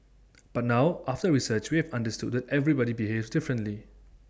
but now after research we have understood that everybody behaves differently